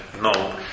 No